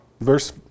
Verse